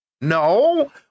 No